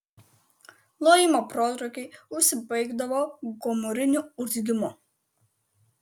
lojimo protrūkiai užsibaigdavo gomuriniu urzgimu